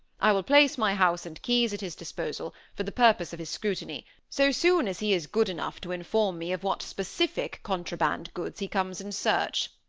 i will place my house and keys at his disposal, for the purpose of his scrutiny, so soon as he is good enough to inform me of what specific contraband goods he comes in search.